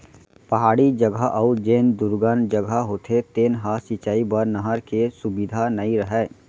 पहाड़ी जघा अउ जेन दुरगन जघा होथे तेन ह सिंचई बर नहर के सुबिधा नइ रहय